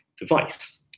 device